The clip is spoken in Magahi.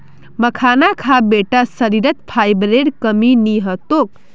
मखाना खा बेटा शरीरत फाइबरेर कमी नी ह तोक